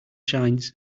shines